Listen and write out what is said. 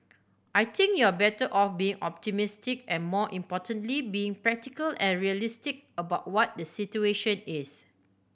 I think you're better off being optimistic and more importantly being practical and realistic about what the situation is